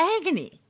agony